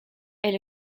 elle